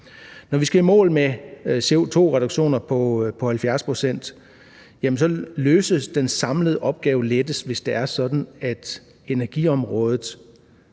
Når vi skal i mål med CO2-reduktioner på 70 pct., løses den samlede opgave lettest, hvis det er sådan, at energiområdet